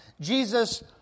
Jesus